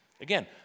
Again